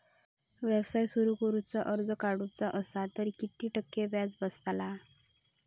व्यवसाय सुरु करूक कर्ज काढूचा असा तर किती टक्के व्याज बसतला?